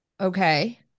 Okay